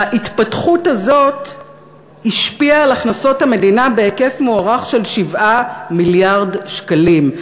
ההתפתחות הזאת השפיעה על הכנסות המדינה בהיקף מוערך של 7 מיליארד שקלים.